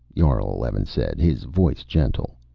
jarl eleven said, his voice gentle.